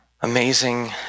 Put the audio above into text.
amazing